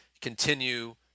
continue